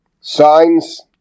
signs